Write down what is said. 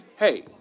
Hey